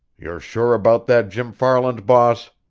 you're sure about that jim farland, boss?